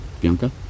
Bianca